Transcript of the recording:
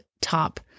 top